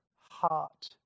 heart